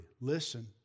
Listen